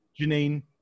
janine